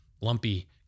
Lumpy